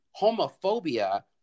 homophobia